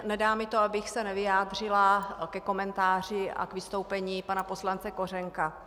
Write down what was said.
Nedá mi to, abych se nevyjádřila ke komentáři a k vystoupení pana poslance Kořenka.